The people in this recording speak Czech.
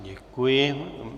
Děkuji.